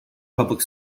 public